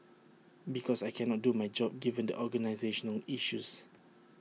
because I cannot do my job given the organisational issues